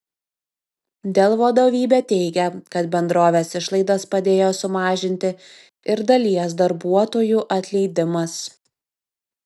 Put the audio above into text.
dell vadovybė teigia kad bendrovės išlaidas padėjo sumažinti ir dalies darbuotojų atleidimas